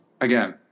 again